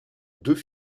deux